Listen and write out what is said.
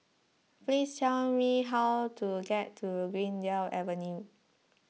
please tell me how to get to Greendale Avenue